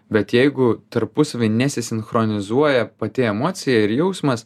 bet jeigu tarpusavy nesisinchronizuoja pati emocija ir jausmas